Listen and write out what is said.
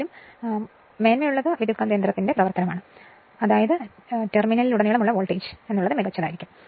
അതിനാൽ ലോഡിന്റെ ടെർമിനലിലുടനീളം വോൾട്ടേജ് മികച്ചതായിരിക്കും